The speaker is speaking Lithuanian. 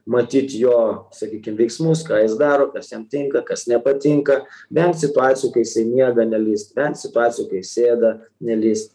matyt jo sakykim veiksmus ką jis daro kas jam tinka kas nepatinka vengt situacijų kai jisai miega nelįst vengt situacijų kai jis ėda nelįst